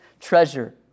treasure